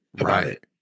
Right